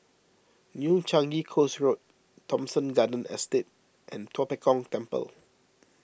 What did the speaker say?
New Changi Coast Road Thomson Garden Estate and Tua Pek Kong Temple